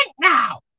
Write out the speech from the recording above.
now